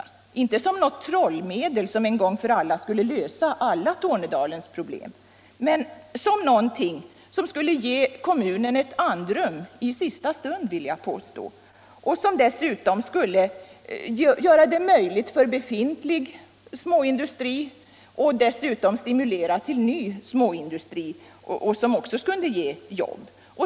Man ser den inte som något trollslag som en gång för alla skulle lösa samtliga Tornedalens problem men som något som skulle ge kommunen ett andrum -— i sista stund, vill jag påstå. Dessutom skulle gruvbrytningen göra det möjligt för befintlig småindustri att fortsätta samt även stimulera till ny småindustri, som också kunde ge jobb.